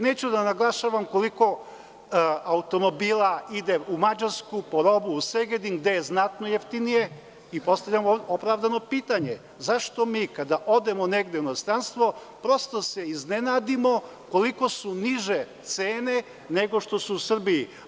Neću da naglašavam koliko automobila ide u Mađarsku po robu u Segedin, gde je znatno jeftinije i postavljam opravdano pitanje – zašto mi kada odemo negde u inostranstvo prosto se iznenadimo koliko su niže cene nego što su u Srbiji?